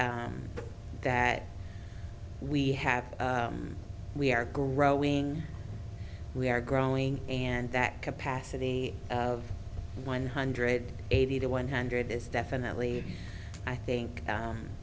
share that we have we are growing we are growing and that capacity of one hundred eighty to one hundred is definitely i think